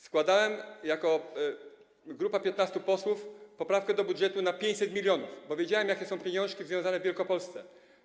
Składaliśmy jako grupa 15 posłów poprawkę do budżetu dotyczącą 500 mln, bo wiedziałem, jakie są pieniążki związane w Wielkopolską.